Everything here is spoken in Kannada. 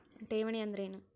ಠೇವಣಿ ಅಂದ್ರೇನು?